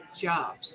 jobs